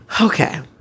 Okay